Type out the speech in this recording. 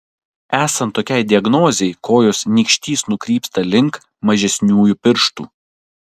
esant tokiai diagnozei kojos nykštys nukrypsta link mažesniųjų pirštų